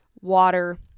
water